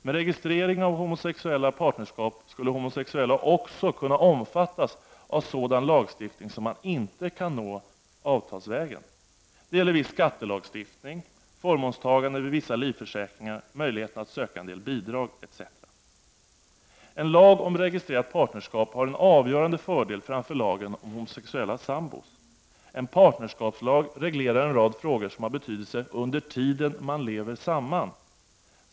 Med registrering av homosexuella partnerskap skulle homosexuella också kunna omfattas av sådana förmåner i lagstiftningen som man inte kan nå avtalsvägen. Det gäller viss skattelagstiftning, förmånstagande vid vissa livförsäkringar, möjligheten att söka en del bidrag etc. En lag om registrerat partnerskap har en avgörande fördel framför lagen om homosexuella sambor. En partnerskapslag reglerar en rad frågor som har betydelse under tiden man lever samman.